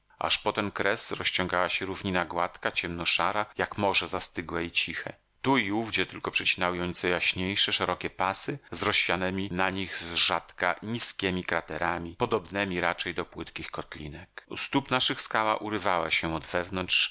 aż po ten kres rozciągała się równina gładka ciemno szara jak morze zastygłe i ciche tu i ówdzie tylko przecinały ją nieco jaśniejsze szerokie pasy z rozsianemi na nich zrzadka nizkiemi kraterami podobnemi raczej do płytkich kotlinek u stóp naszych skała urywała się od wewnątrz